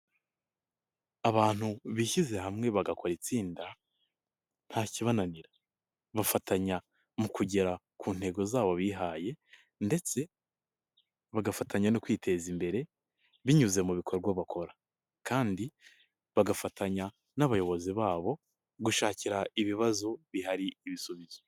Abantu bishyize hamwe bagakora itsinda nta kibananira bafatanya mu kugera ku ntego zabo bihaye ndetse bagafatanya no kwiteza imbere binyuze mu bikorwa bakora kandi bagafatanya n'abayobozi babo gushakira ibibazo bihari ibisubizo.